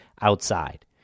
outside